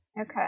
Okay